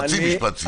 חצי משפט סיום.